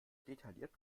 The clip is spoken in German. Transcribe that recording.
detailliert